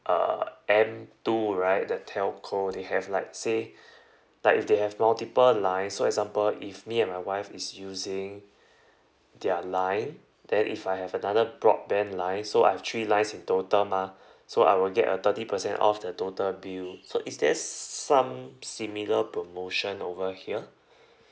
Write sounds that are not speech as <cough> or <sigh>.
err M two right the telco they have like say <breath> like if they have multiple line so example if me and my wife is using their line then if I have another broadband line so I've three lines in total mah <breath> so I will get a thirty percent off the total bill so is there s~ s~ some similar promotion over here <breath>